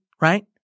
right